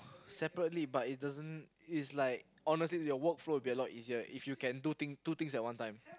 separately but it doesn't it's like honestly your workflow will be a lot easier if you can two thing two things at one time